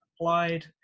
applied